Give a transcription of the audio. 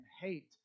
hate